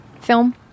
film